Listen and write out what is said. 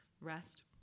rest